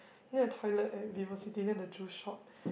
near the toilet at VivoCity near the juice shop